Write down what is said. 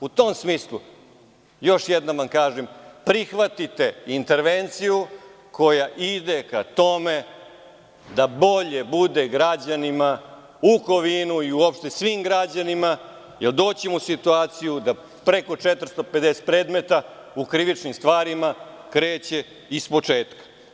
U tom smislu, još jednom vam kažem - prihvatite intervenciju koja ide ka tome da bolje bude građanima u Kovinu i uopšte svim građanima, jer doći ćemo u situaciju da preko 450 predmeta u krivičnim stvarima kreće ispočetka.